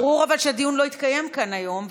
אבל ברור שהדיון לא התקיים כאן היום,